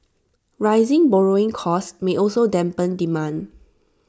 rising borrowing costs may also dampen demand